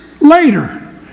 later